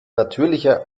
natürlicher